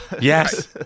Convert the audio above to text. Yes